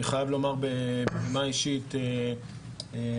בנימה אישית אני חייב לומר,